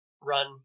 run